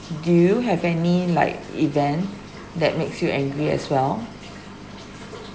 do you have any like event that makes you angry as well